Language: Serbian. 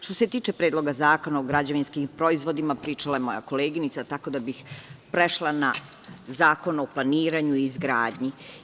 Što se tiče Predloga zakona o građevinskim proizvodima, pričala je moja koleginica, tako da bih prešla na Zakon o planiranju i izgradnji.